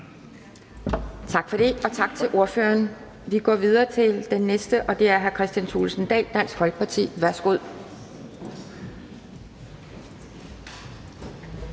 Tak for det til ordføreren. Vi går videre til den næste, og det er hr. Kristian Thulesen Dahl, Dansk Folkeparti. Værsgo.